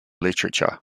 literature